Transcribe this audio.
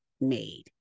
made